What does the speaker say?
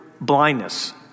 blindness